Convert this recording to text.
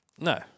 No